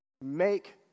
make